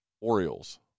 Orioles